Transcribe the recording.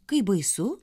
kai baisu